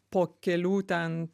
po kelių ten